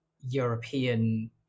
European